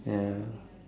ya